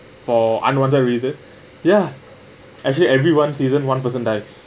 for unwanted reason ya actually every one season one person dies